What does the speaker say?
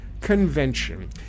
convention